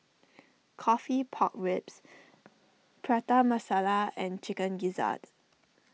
Coffee Pork Ribs Prata Masala and Chicken Gizzard